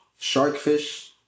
Sharkfish